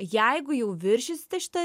jeigu jau viršysite šitą